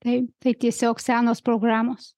taip tai tiesiog senos programos